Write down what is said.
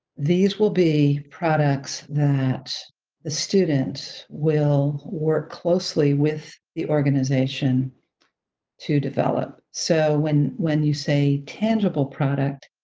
these will be products that the student will work closely with the organization to develop. so when when you say tangible product,